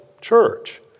church